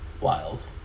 wild